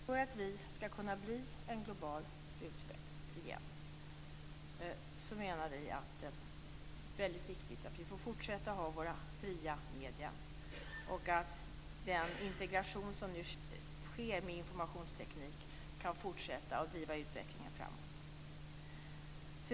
För att Sverige skall kunna bli en spjutspets globalt igen menar vi att det är väldigt viktigt att vi får fortsätta med våra fria medier, att den integration som nu sker av informationstekniken kan fortsätta och att utvecklingen drivs framåt.